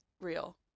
Real